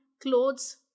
clothes